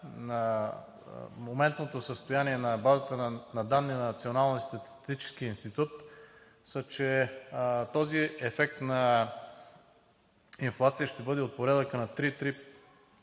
за моментното състояние на базата на данни на Националния статистически институт са, че този ефект на инфлация ще бъде от порядъка на 3,3